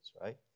right